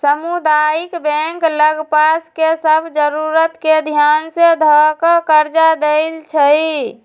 सामुदायिक बैंक लग पास के सभ जरूरत के ध्यान में ध कऽ कर्जा देएइ छइ